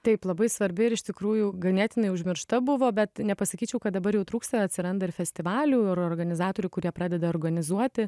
taip labai svarbi ir iš tikrųjų ganėtinai užmiršta buvo bet nepasakyčiau kad dabar jau trūksta atsiranda ir festivalių ir organizatorių kurie pradeda organizuoti